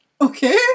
Okay